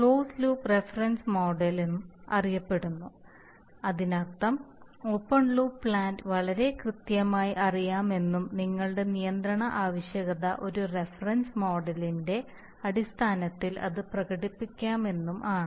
closed loop reference മോഡലും അറിയപ്പെടുന്നു അതിനർത്ഥം ഓപ്പൺ ലൂപ്പ് പ്ലാന്റ് വളരെ കൃത്യമായി അറിയാമെന്നും നമ്മളുടെ നിയന്ത്രണ ആവശ്യകത ഒരു റഫറൻസ് മോഡലിന്റെ അടിസ്ഥാനത്തിൽ അത് പ്രകടിപ്പിക്കാമെന്നും ആണ്